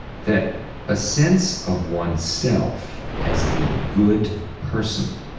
that a sense of oneself as a good person